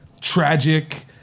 tragic